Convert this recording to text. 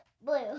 blue